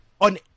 on